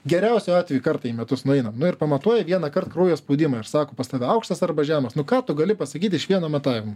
geriausiu atveju kartą į metus nueinam nu ir pamatuoja vienąkart kraujo spaudimą ir sako pas tave aukštas arba žemas nu ką tu gali pasakyti iš vieno matavimo